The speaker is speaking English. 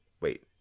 wait